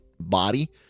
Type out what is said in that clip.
body